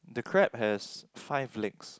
the crab has five legs